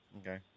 Okay